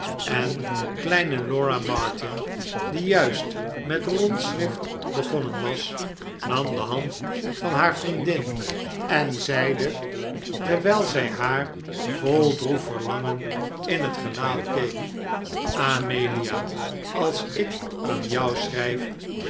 rondschrift begonnen was nam de hand van haar vriendin en zeide terwijl zij haar vol droef verlangen in het gelaat keek amelia als ik aan jou schrijf